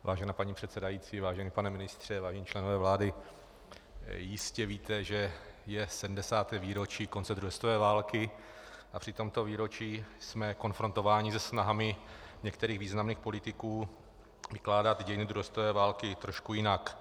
Vážená paní předsedající, vážený pane ministře, vážení členové vlády, jistě víte, že je 70. výročí konce druhé světové války, a při tomto výročí jsme konfrontováni se snahami některých významných politiků vykládat dějiny druhé světové války trošku jinak.